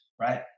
right